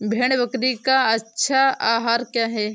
भेड़ बकरी का अच्छा आहार क्या है?